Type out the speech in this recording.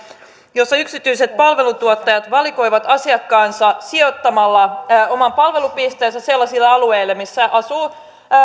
jossa yksityiset palveluntuottajat valikoivat asiakkaansa sijoittamalla omat palvelupisteensä sellaisille alueille missä asuu